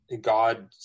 god